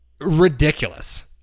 ridiculous